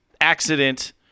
accident